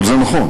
כל זה נכון,